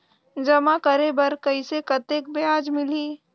जमा करे बर कइसे कतेक ब्याज मिलही?